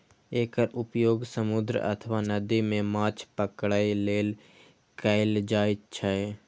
एकर उपयोग समुद्र अथवा नदी मे माछ पकड़ै लेल कैल जाइ छै